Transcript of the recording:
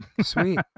Sweet